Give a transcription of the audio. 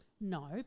No